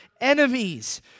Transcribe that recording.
enemies